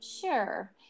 Sure